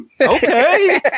Okay